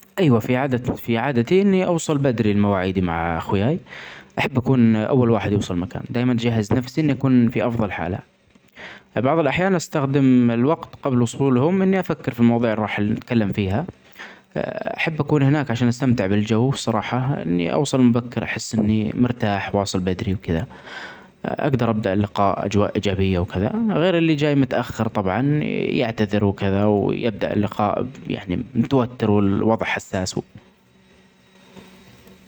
ايوة في عادت-في عادتي اني اوصل بدري المواعيدي مع أخواي .أحب أكون أول واحد يوصل المكان. دايما جهز نفسي أني أكون في أفضل حالة. بعض الأحيان أستخدم الوقت قبل وصولهم إني أفكر في المواضيع اللي راح أتكلم فيها. أحب أكون هناك عشان أستمتع بالجو صراحه ,إني أوصل مبكر أحس إني مرتاح واصل بدري وكده. أقدر أبدأ اللقاء أجواء إيجابية وكذا غير اللي جاي متأخر طبعا يعتذر وكذا ويبدأ اللقاء يعني متوتر والوضع حساس و.